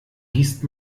gießt